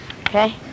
okay